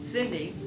Cindy